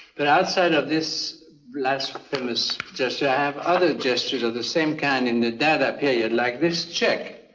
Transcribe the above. but outside of this blasphemous gesture i have other gestures of the same kind in the dada period, like this check.